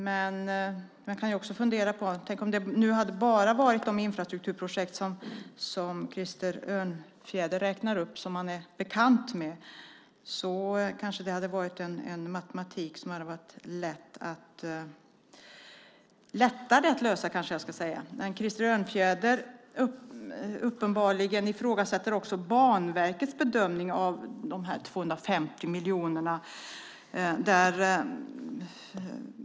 Men om det bara hade varit de infrastrukturprojekt som Krister Örnfjäder räknar upp och är bekant med hade det kanske varit en matematik som hade varit lättare att få att gå ihop. Krister Örnfjäder ifrågasätter uppenbarligen också Banverkets bedömning av dessa 250 miljoner.